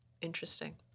Interesting